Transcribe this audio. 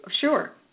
sure